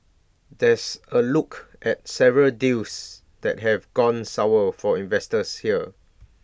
there's A look at several deals that have gone sour for investors here